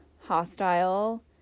hostile